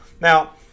Now